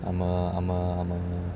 I'm a I'm a I'm a